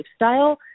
lifestyle